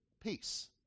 peace